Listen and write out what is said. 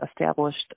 established